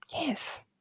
Yes